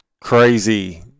crazy